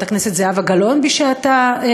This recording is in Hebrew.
אין להם לובי, כיוון שזה, אתה יודע,